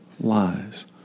lies